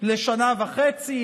לשנה וחצי.